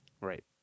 Right